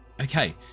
Okay